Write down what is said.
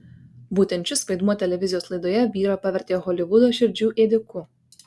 būtent šis vaidmuo televizijos laidoje vyrą pavertė holivudo širdžių ėdiku